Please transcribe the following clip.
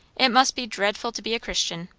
it must be dreadful to be a christian!